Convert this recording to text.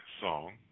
song